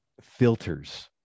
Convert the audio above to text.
filters